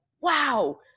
wow